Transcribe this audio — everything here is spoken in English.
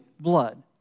blood